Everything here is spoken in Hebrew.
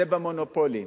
זה במונופולים,